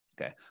Okay